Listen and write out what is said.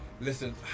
Listen